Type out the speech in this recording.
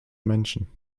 menschen